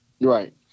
right